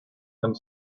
and